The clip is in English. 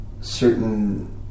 certain